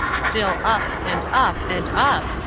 still up and up and up!